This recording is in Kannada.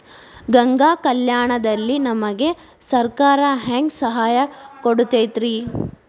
ಗಂಗಾ ಕಲ್ಯಾಣ ದಲ್ಲಿ ನಮಗೆ ಸರಕಾರ ಹೆಂಗ್ ಸಹಾಯ ಕೊಡುತೈತ್ರಿ?